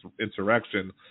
insurrection